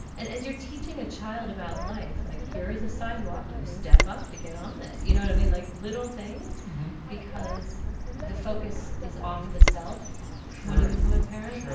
and as you're teaching a child about life like here is a sidewalk you step up to get on it you know i mean like little things because the focus is off the self. when you become a parent